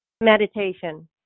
Meditation